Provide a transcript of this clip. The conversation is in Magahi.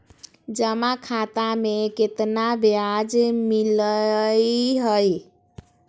जमा खाता में केतना ब्याज मिलई हई?